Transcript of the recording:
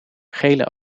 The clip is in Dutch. gele